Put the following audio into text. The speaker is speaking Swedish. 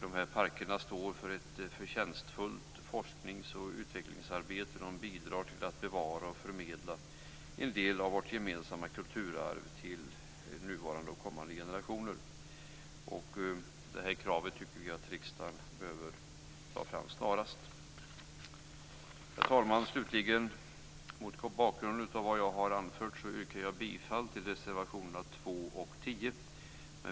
De här parkerna står för ett förtjänstfullt forsknings och utvecklingsarbete, och de bidrar till att bevara och förmedla en del av vårt gemensamma kulturarv till nuvarande och kommande generationer. Det här kravet tycker vi att riksdagen behöver ta fram snarast. Herr talman! Mot bakgrund av vad jag har anfört yrkar jag bifall till reservationerna 2 och 10.